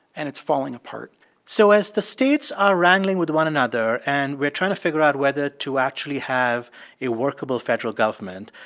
and it's falling apart so as the states are wrangling with one another and we're trying to figure out whether to actually have a workable federal government,